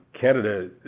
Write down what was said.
Canada